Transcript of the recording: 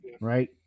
right